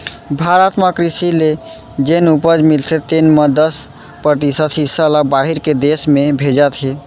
भारत म कृसि ले जेन उपज मिलथे तेन म दस परतिसत हिस्सा ल बाहिर के देस में भेजत हें